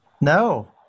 No